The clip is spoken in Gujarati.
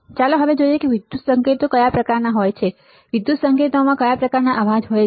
ચાલો હવે જોઈએ કે વિદ્યુત સંકેતો કયા પ્રકારના હોય છે વિદ્યુત સંકેતોમાં કયા પ્રકારના અવાજ હોય છે